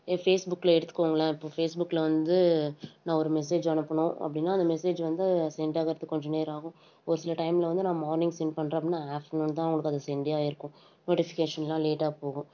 என் ஃபேஸ்புக்கில் எடுத்துக்கோங்களேன் இப்போ ஃபேஸ்புக்கில் வந்து நான் ஒரு மெசேஜ் அனுப்பணும் அப்படின்னா அந்த மெசேஜ் வந்து செண்ட் ஆகிறதுக்கு கொஞ்சம் நேரம் ஆகும் ஒரு சில டைமில் வந்து நான் மார்னிங் செண்ட் பண்ணுறேன் அப்படின்னா ஆஃப்டர்நூன் தான் அவங்களுக்கு அது செண்டே ஆகியிருக்கும் நோட்டிஃபிகேஷன்லாம் லேட்டாக போகும்